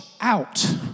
out